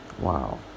Wow